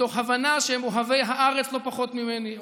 מתוך הבנה שהם אוהבי הארץ לא פחות ממני,